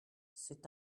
c’est